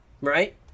right